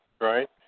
right